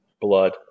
blood